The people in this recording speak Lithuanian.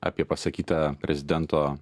apie pasakytą prezidento